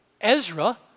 Ezra